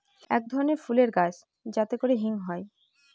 এক ধরনের ফুলের গাছ যাতে করে হিং হয়